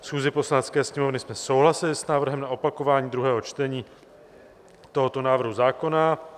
schůzi Poslanecké sněmovny jsme souhlasili s návrhem na opakování druhého čtení tohoto návrhu zákona.